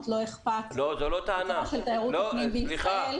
לא אכפת ממצבה של תיירות הפנים בישראל.